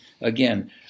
Again